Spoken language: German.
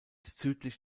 südlich